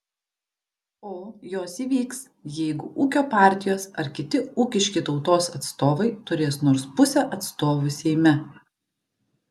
o jos įvyks jeigu ūkio partijos ir kiti ūkiški tautos atstovai turės nors pusę atstovų seime